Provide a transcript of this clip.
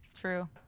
True